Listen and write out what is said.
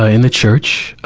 ah in the church.